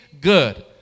good